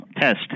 test